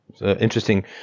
Interesting